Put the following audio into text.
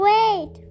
Wait